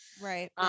Right